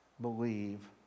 believe